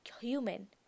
human